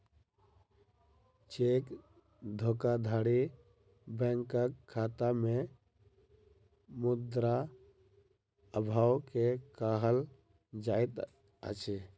cheque धोखाधड़ी बैंकक खाता में मुद्रा अभाव के कहल जाइत अछि